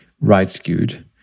right-skewed